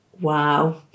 Wow